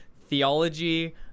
theology